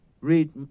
read